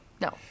No